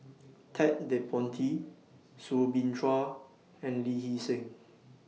Ted De Ponti Soo Bin Chua and Lee Hee Seng